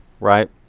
right